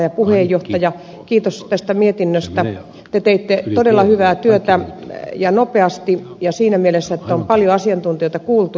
ja puheenjohtaja kiitos tästä mietinnöstä te teitte todella hyvää työtä ja nopeasti ja siinä mielessä että on paljon asiantuntijoita kuultu